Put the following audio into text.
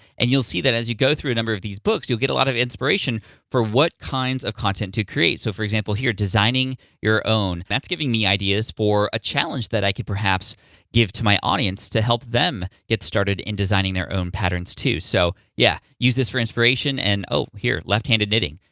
and you'll see that as you go through a number of these books, you'll get a lot of inspiration for what kinds of content to create. so, for example, here, designing your own. that's giving me ideas for a challenge that i could perhaps give to my audience to help them get started in designing their own patterns, too. so yeah, use this for inspiration, and oh, here, left-handed knitting.